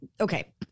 okay